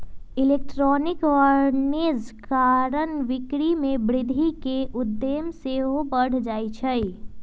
electronic वाणिज्य कारण बिक्री में वृद्धि केँ उम्मेद सेहो बढ़ जाइ छइ